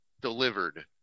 delivered